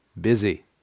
Busy